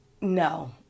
No